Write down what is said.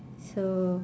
so